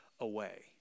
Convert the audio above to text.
away